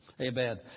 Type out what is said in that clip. Amen